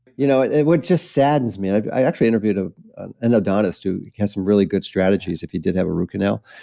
you know what just saddens me. i actually interviewed ah an endodontist who has some really good strategies if he did have a root canal.